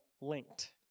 linked